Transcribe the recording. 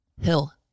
Hill